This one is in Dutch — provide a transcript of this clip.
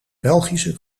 belgische